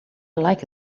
like